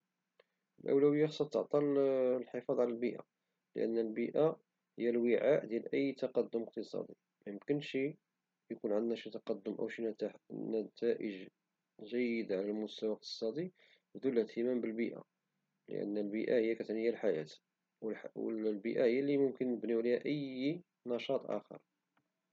الالولوية خصها تعطى للحفاظ على البيئة لان البيئة هي الوعاء ديال اي تقدم اقتصادي ميمكنش اكون عندها شي تقدم او شي نتائج جيدة على المستوى الاقتصادي بدون الاهتمام بالبيئة لان البيئة هي الحياة او البيئة هي اللي ممكون نبنيو عليها اي نشاط اخر